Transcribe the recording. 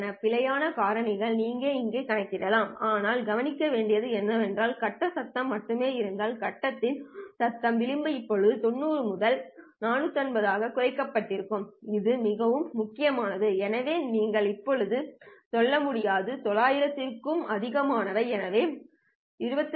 பிழையான காரணிகளை நீங்கள் இங்கே கணக்கிடலாம் ஆனால் கவனிக்க வேண்டியது என்னவென்றால் கட்ட சத்தம் மட்டுமே இருந்திருந்தால் கட்டத்தின் சத்தம் விளிம்பு இப்போது 900 முதல் 450 ஆக குறைக்கப்பட்டிருக்கும் இது மிகவும் முக்கியமானது எனவே நீங்கள் இப்போது செல்ல முடியாது 900 க்கும் அதிகமானவை எனவே 22